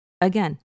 again